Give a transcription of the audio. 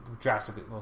drastically